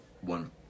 one